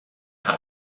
had